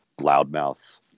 loudmouth